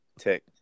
tech